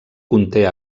conté